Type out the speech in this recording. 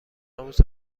آموز